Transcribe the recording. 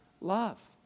love